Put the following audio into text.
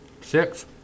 Six